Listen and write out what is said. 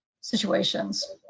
situations